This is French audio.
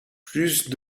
plus